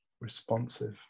responsive